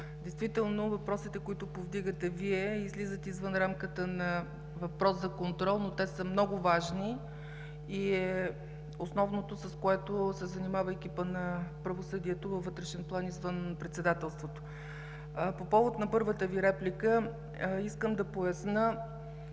действително въпросите, които повдигате Вие, излизат извън рамката на въпрос за контрол, но те са много важни и основното, с което се занимава екипът на Правосъдието във вътрешен план, извън Председателството. По повод на първата Ви реплика, искам да поясня,